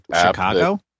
Chicago